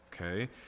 okay